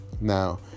Now